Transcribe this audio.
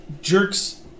jerks